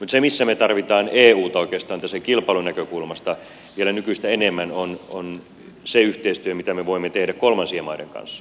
mutta se missä me tarvitsemme euta oikeastaan tästä kilpailunäkökulmasta vielä nykyistä enemmän on se yhteistyö mitä me voimme tehdä kolmansien maiden kanssa